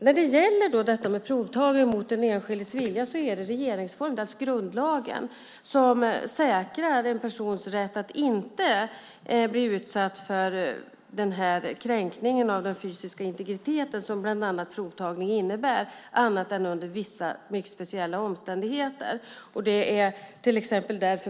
När det gäller provtagning mot den enskildes vilja är det regeringsformen, alltså grundlagen, som säkrar en persons rätt att inte bli utsatt för en sådan kränkning av den fysiska integriteten som bland annat provtagning innebär, annat än under vissa mycket speciella omständigheter.